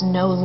no